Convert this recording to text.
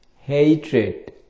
hatred